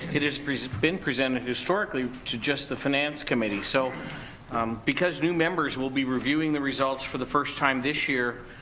it has been presented, historically, to just the finance committee. so because new members will be reviewing the results for the first time this year,